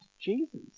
Jesus